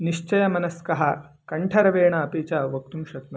निश्चयमनस्कः कण्ठरवेण अपि च वक्तुं शक्नोमि